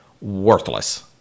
Worthless